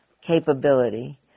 capability